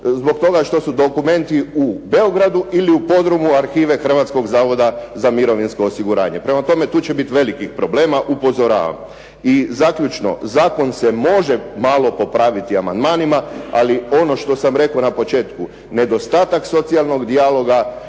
zbog toga što su dokumenti u Beogradu ili u podrumu arhive Hrvatskog zavoda za mirovinsko osiguranje. Prema tome, tu će biti velikih problema upozoravam. I zaključno. Zakon se može malo popraviti amandmanima ali ono što sam rekao na početku, nedostatak socijalnog dijaloga